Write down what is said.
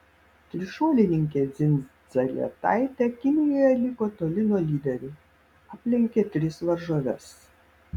trišuolininkė dzindzaletaitė kinijoje liko toli nuo lyderių aplenkė tris varžoves